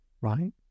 right